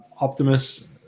Optimus